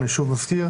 אני שוב מזכיר,